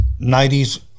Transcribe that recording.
90s